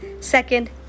second